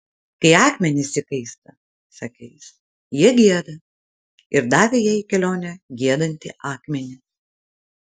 kai akmenys įkaista sakė jis jie gieda ir davė jai į kelionę giedantį akmenį